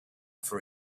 for